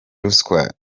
ruswa